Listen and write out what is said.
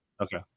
okay